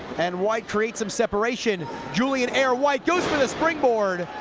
and whyt creates some separation julian air whyt goes for the springboard